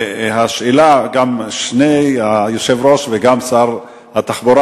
גם היושב-ראש וגם שר התחבורה,